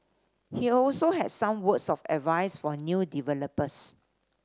he also had some words of advice for new developers